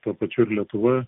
tuo pačiu ir lietuva